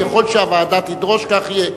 ככל שהוועדה תדרוש, כך יהיה.